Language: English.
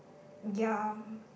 ya